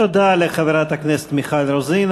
תודה לחברת הכנסת מיכל רוזין.